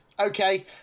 Okay